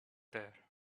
there